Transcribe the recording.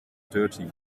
dirty